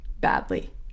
badly